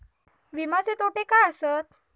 विमाचे तोटे काय आसत?